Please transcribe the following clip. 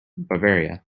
bavaria